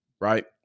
right